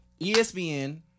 ESPN